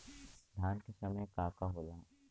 धान के समय का का होला?